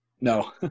No